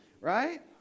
right